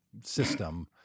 system